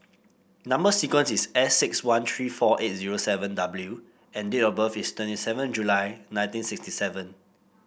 number sequence is S six one three four eight zero seven W and date of birth is twenty seven July nineteen sixty seven